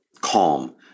calm